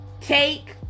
take